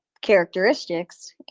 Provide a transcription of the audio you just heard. characteristics